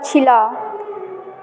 पछिला